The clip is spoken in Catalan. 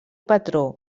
patró